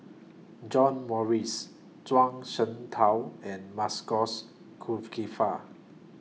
John Morrice Zhuang Shengtao and Masagos Zulkifli